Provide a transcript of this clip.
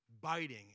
biting